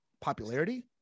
popularity